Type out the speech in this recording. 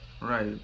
Right